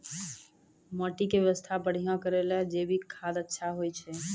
माटी के स्वास्थ्य बढ़िया करै ले जैविक खाद अच्छा होय छै?